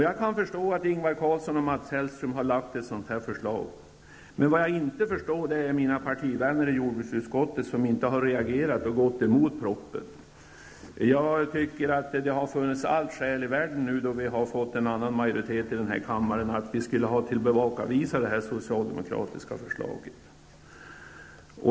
Jag förstår att Ingvar Carlsson och Mats Hellström har lagt ett sådant förslag, men jag förstår inte mina partivänner i jordbruksutskottet som inte har reagerat och gått emot propositionen. Det finns alla skäl i världen, nu när vi har fått en annan majoritet i den här kammaren, att tillbakavisa det här socialdemokratiska förslaget.